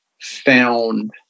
found